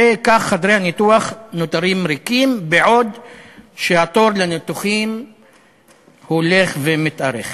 וכך חדרי הניתוח נותרים ריקים בעוד התור לניתוחים הולך ומתארך.